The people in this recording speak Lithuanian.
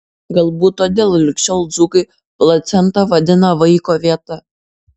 galbūt todėl lig šiol dzūkai placentą vadina vaiko vieta